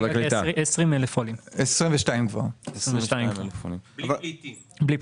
22,000 עולים, בלי פליטים.